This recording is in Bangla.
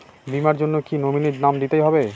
বীমার জন্য কি নমিনীর নাম দিতেই হবে?